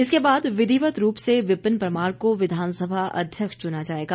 इसके बाद विधिवत रूप से विपिन परमार को विधानसभा अध्यक्ष चूना जाएगा